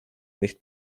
nicht